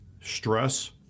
stress